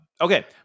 Okay